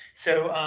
so,